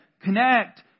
connect